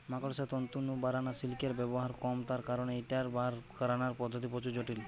মাকড়সার তন্তু নু বারানা সিল্কের ব্যবহার কম তার কারণ ঐটার বার করানার পদ্ধতি প্রচুর জটিল